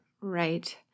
Right